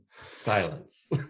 Silence